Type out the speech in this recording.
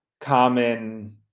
common